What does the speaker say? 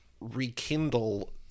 rekindle